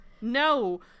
no